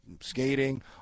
skating